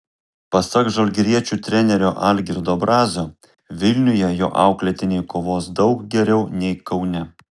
pasak žalgiriečių trenerio algirdo brazio vilniuje jo auklėtiniai kovos daug geriau nei kaune